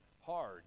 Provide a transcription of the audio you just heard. hard